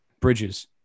Bridges